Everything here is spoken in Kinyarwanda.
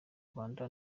rwanda